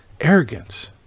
arrogance